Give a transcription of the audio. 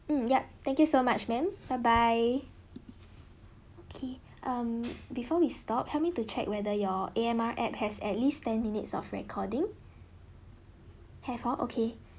mm yup thank you so much ma'am bye bye okay um before we stop help me to check whether your AMR app has at least ten minutes of recording have oh okay